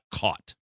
caught